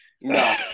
No